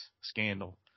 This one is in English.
scandal